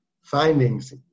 findings